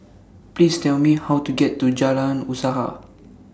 Please Tell Me How to get to Jalan Usaha